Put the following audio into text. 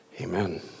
Amen